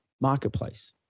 marketplace